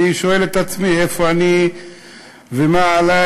אני שואל את עצמי איפה אני ומה עלי